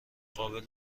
قابل